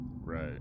Right